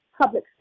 public